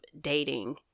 dating